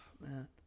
man